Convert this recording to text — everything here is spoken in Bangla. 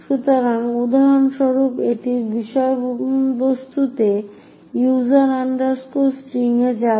সুতরাং উদাহরণস্বরূপ এটির বিষয়বস্তুতে user string এ যাবে